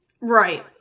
right